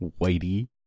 whitey